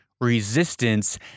resistance